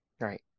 right